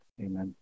Amen